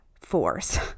force